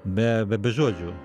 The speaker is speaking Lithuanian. be be be žodžių